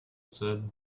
said